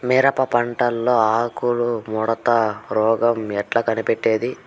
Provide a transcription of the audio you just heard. మిరప పంటలో ఆకు ముడత రోగం ఎట్లా కనిపెట్టేది?